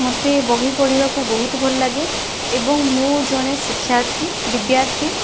ମୋତେ ବହିପଢ଼ିବାକୁ ବହୁତ ଭଲଲାଗେ ଏବଂ ମୁଁ ଜଣେ ଶିକ୍ଷାର୍ଥୀ ବିଦ୍ୟାର୍ଥୀ